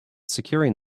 securing